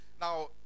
Now